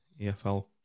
EFL